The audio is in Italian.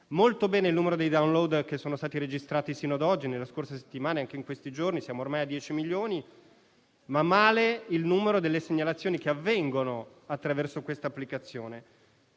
Molto bene il numero dei *download* che sono stati registrati sino ad oggi, nelle scorse settimane e anche in questi giorni (siamo ormai a 10 milioni), ma male il numero delle segnalazioni che avvengono attraverso questa applicazione.